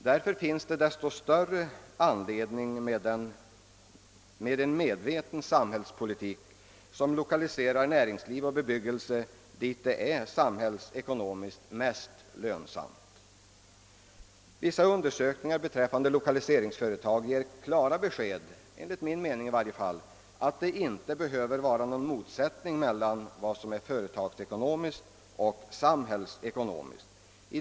Därför finns det desto större anledning att föra en medveten samhällspolitik, varigenom näringsliv och bebyggelse lokaliseras till områden där en sådan lokalisering är samhällsekonomiskt mest lönsam. Vissa undersökningar beträffande lokaliseringsföretag ger klara besked om att det som regel inte föreligger någon motsättning mellan vad som är företagsekonomiskt och samhällsekonomiskt lönsamt.